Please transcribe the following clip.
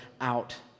out